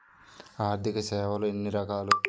ఆర్థిక సేవలు ఎన్ని రకాలు?